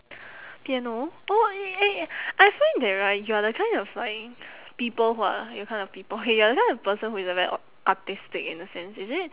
piano oh eh eh I find that right you are the kind of like people who are you're kind of people K you're the kind of person who is a very a~ artistic in a sense is it